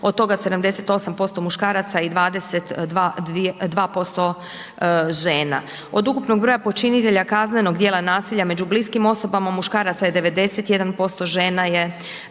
od toga 78% muškaraca i 22% žena. Od ukupnog broja počinitelja kaznenog djela nasilja među bliskim osobama muškaraca je 91%, žena je